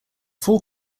four